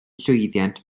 llwyddiant